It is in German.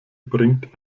bringt